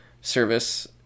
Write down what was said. service